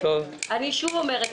אני שוב אומרת,